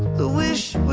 the wish